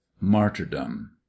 Martyrdom